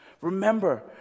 Remember